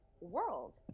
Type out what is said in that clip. world